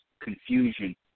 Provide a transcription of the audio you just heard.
confusion